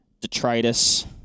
detritus